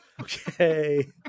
Okay